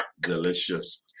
Delicious